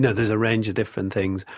there's there's a range of different things.